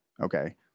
Okay